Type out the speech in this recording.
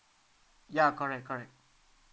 ya correct correct